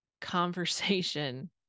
conversation